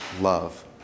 love